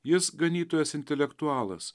jis ganytojas intelektualas